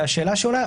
והשאלה שעולה,